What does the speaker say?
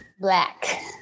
black